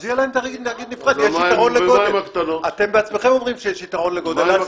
אז יהיה להן תאגיד נפרד, יש יתרון לגודל.